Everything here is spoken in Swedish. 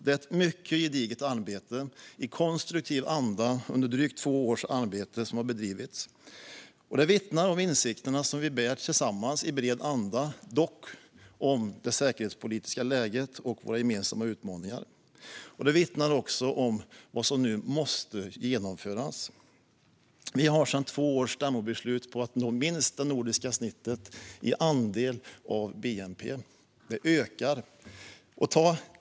Det är ett mycket gediget arbete i konstruktiv anda under drygt två år som har bedrivits. Det vittnar om insikterna vi bär tillsammans i bred anda, dock om det säkerhetspolitiska läget och våra gemensamma utmaningar. Det vittnar också om vad som nu måste genomföras. Vi har sedan två år ett stämmobeslut på att nå minst det nordiska snittet i andel av bnp - det ökar.